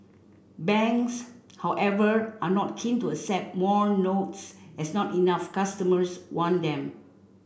banks however are not keen to accept more notes as not enough customers want them